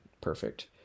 perfect